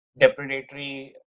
depredatory